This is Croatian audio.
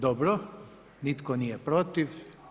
Dobro, nitko nije protiv.